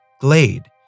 glade